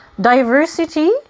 Diversity